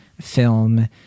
film